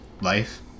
life